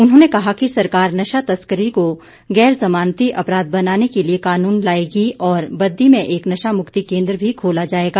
उन्होंने कहा कि सरकार नशा तस्करी को गैर जमानती अपराध बनाने के लिए कानून लाएगी और बददी में एक नशा मुक्ति केंद्र भी खोला जाएगा